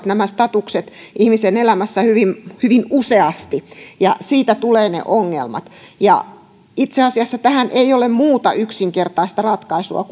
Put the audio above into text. nämä statukset vaihtelevat ihmisen elämässä hyvin hyvin useasti ja siitä tulevat ne ongelmat itse asiassa tähän ei ole muuta yksinkertaista ratkaisua